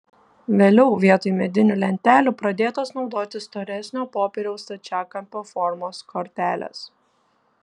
vėliau vietoj medinių lentelių pradėtos naudoti storesnio popieriaus stačiakampio formos kortelės